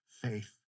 faith